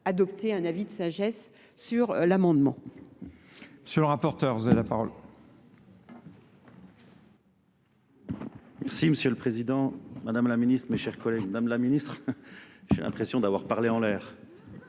adoptés, un avis de sagesse sur l'amendement. Monsieur le rapporteur, vous avez la parole. Merci Monsieur le Président, Madame la Ministre, mes chers collègues, Madame la Ministre, j'ai l'impression d'avoir parlé en l'air.